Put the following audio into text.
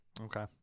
Okay